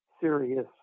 serious